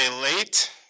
late